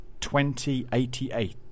2088